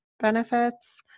benefits